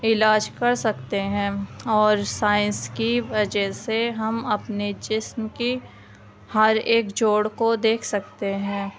علاج کر سکتے ہیں اور سائنس کی وجہ سے ہم اپنے جسم کی ہر ایک جوڑ کو دیکھ سکتے ہیں